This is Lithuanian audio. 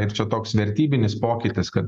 ir čia toks vertybinis pokytis kad